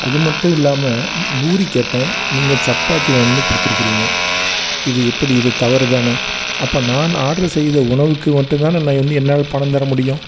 அது மட்டுமில்லாமல் பூரி கேட்டேன் நீங்கள் சப்பாத்தி வாங்கிட்டு வந்து கொடுத்துருக்கிறீங்க இது எப்படி இது தவறு தானே அப்போ நான் ஆட்ரு செய்த உணவுக்கு மட்டும் தான வந்து என்னால் பணம் தர முடியும்